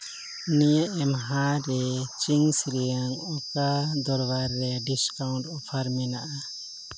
ᱱᱤᱭᱟᱹ ᱮᱢᱦᱟ ᱨᱮ ᱪᱤᱝᱜᱥ ᱨᱮᱭᱟᱝ ᱚᱠᱟ ᱫᱚᱨᱵᱟᱨ ᱨᱮ ᱰᱤᱥᱠᱟᱣᱩᱱᱴ ᱚᱯᱷᱟᱨ ᱢᱮᱱᱟᱜᱼᱟ